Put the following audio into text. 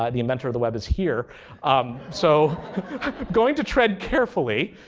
ah the inventor of the web, is here um so going to tread carefully.